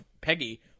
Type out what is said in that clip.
Peggy